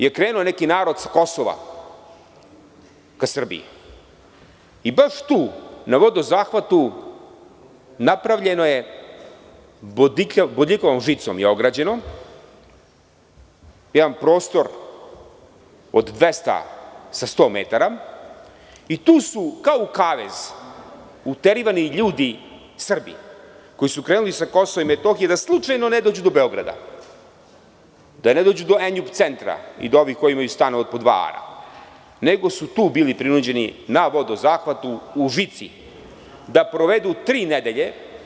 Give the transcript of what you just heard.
Tu je krenuo neki narod sa Kosova ka Srbiji i baš tu na vodozahvatu napravljen je jedan prostor bodljikavom žicom ograđen, prostor od 200 sa 100 metara i tu su kao u kavez uterivani ljudi, Srbi koji su krenuli sa Kosova i Metohije, da slučajno ne dođu do Beograda, da ne dođu do „Enjub centra“ i do ovih koji imaju stan od po dva ara, nego su tu bili prinuđeni na vodozahvatu, u žici da provedu tri nedelje.